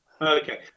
okay